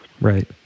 Right